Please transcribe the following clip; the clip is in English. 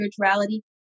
spirituality